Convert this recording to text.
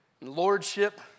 lordship